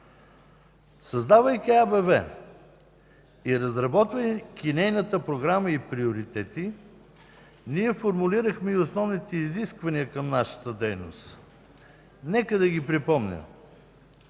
Създавайки АБВ и разработвайки нейната програма и приоритети, ние формулирахме и основните изисквания към нашата дейност. Нека да ги припомним.